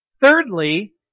Thirdly